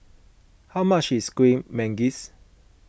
how much is Kuih Manggis